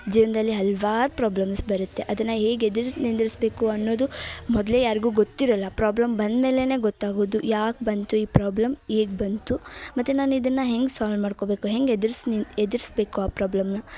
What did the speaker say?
ಜೀವನದಲ್ಲಿ ಹಲ್ವಾರು ಪ್ರಾಬ್ಲಮ್ಸ್ ಬರುತ್ತೆ ಅದನ್ನು ಹೇಗೆ ಎದುರ್ಸಿ ನಿಂದಿರ್ಸಬೇಕು ಅನ್ನೋದು ಮೊದಲೇ ಯಾರ್ಗು ಗೊತ್ತಿರೊಲ್ಲ ಪ್ರಾಬ್ಲಮ್ ಬಂದ್ಮೇಲೆ ಗೊತ್ತಾಗೋದು ಯಾಕೆ ಬಂತು ಈ ಪ್ರಾಬ್ಲಮ್ ಹೇಗ್ ಬಂತು ಮತ್ತು ನಾನಿದನ್ನು ಹೆಂಗೆ ಸಾಲ್ವ್ ಮಾಡ್ಕೊಬೇಕು ಹೆಂಗೆ ಎದುರ್ಸಿ ನೀ ಎದುರಿಸಬೇಕು ಆ ಪ್ರಾಬ್ಲಮ್ನ